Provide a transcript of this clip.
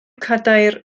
cadair